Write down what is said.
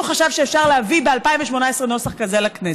חשב שאפשר להביא ב-2018 נוסח כזה לכנסת.